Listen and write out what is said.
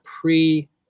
pre